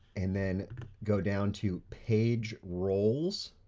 and then go down to page roles.